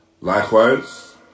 Likewise